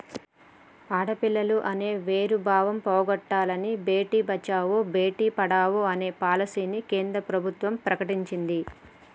ఆడపిల్లలు అనే వేరు భావం పోగొట్టనని భేటీ బచావో బేటి పడావో అనే పాలసీని మన కేంద్ర ప్రభుత్వం ప్రకటించింది